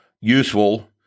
useful